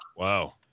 Wow